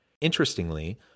Interestingly